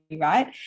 right